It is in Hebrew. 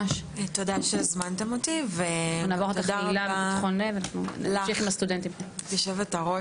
תודה שהזמנתם אותי ותודה רבה לך היו"ר,